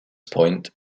point